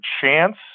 chance